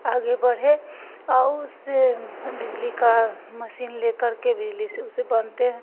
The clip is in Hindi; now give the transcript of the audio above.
आगे बढ़े और उससे बिजली का मसीन ले कर के बिजली से उसे बनते हैं